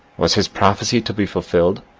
was his prophecy to be fulfilled?